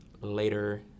later